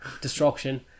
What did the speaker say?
destruction